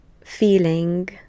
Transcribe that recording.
feeling